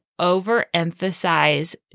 overemphasize